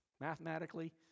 Mathematically